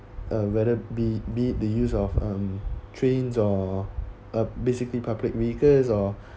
uh whether be be it the use of um trains or uh basically public vehicles or